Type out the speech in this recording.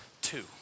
two